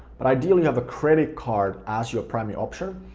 but ideally you have a credit card as your primary option,